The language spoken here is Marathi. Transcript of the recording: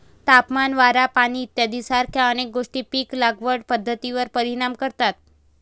तापमान, वारा, पाणी इत्यादीसारख्या अनेक गोष्टी पीक लागवड पद्धतीवर परिणाम करतात